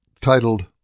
Titled